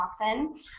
often